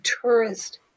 tourist